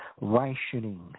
Rationing